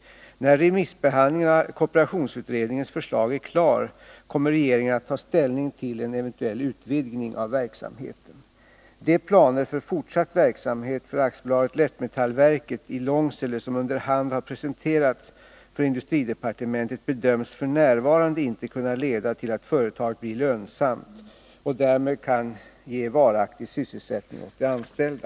När remissbehandlingen av kooperationsutredningens förslag är klar kommer regeringen att ta ställning till en eventuell utvidgning av verksamheten. De planer för fortsatt verksamhet för AB Lättmetallverket i Långsele som under hand har presenterats för industridepartementet bedöms f. n. inte kunna leda till att företaget blir lönsamt och därmed kan ge varaktig sysselsättning åt de anställda.